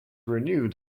renewed